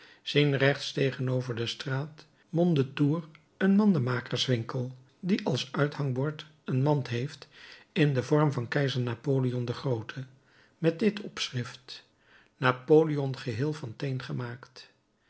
zien rechts tegenover de straat mondétour een mandemakerswinkel die als uithangbord een mand heeft in den vorm van keizer napoleon den groote met dit opschrift napoleon geheel van teen gemaakt